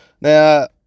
Now